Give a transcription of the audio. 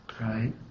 right